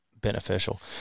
beneficial